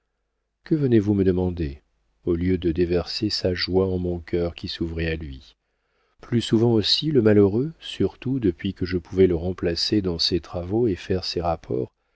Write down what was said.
que venez-vous me demander au lieu de déverser sa joie en mon cœur qui s'ouvrait à lui plus souvent aussi le malheureux surtout depuis que je pouvais le remplacer dans ses travaux et faire ses rapports